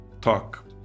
talk